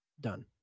done